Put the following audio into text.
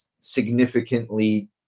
significantly